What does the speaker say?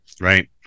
right